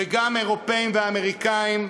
וגם אירופים ואמריקנים.